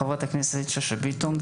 חברת הכנסת שאשא ביטון,